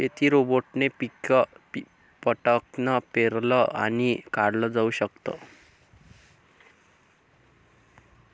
शेती रोबोटने पिक पटकन पेरलं आणि काढल जाऊ शकत